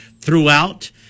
throughout